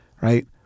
right